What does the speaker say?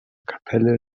kapelle